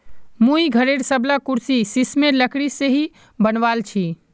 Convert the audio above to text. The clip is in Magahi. मुई घरेर सबला कुर्सी सिशमेर लकड़ी से ही बनवाल छि